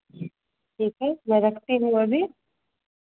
ठीक है मैं रखती हूँ अभी